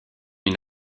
une